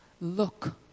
look